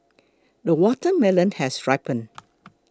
the watermelon has ripened